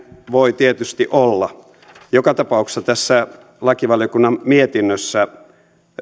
voi tietysti olla joka tapauksessa tässä lakivaliokunnan mietinnössä